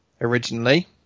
originally